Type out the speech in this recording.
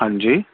ہاں جی